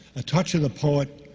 a touch of the poet,